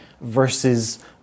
Versus